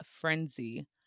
frenzy